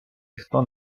ніхто